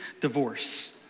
divorce